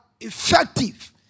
effective